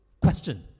question